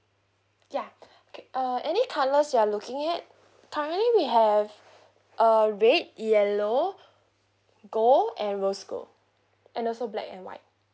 ya okay uh any colours you're looking at currently we have uh red yellow gold and rose gold and also black and white